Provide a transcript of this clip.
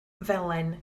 felen